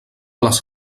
les